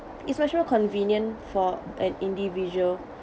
it's much more convenient for an individual